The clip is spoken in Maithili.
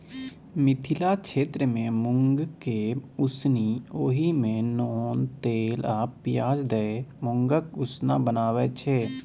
मिथिला क्षेत्रमे मुँगकेँ उसनि ओहि मे नोन तेल आ पियाज दए मुँगक उसना बनाबै छै